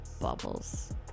Bubbles